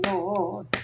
Lord